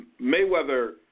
Mayweather –